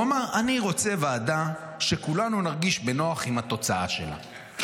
הוא אמר: אני רוצה ועדה שכולנו נרגיש בנוח עם התוצאה שלה.